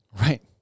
Right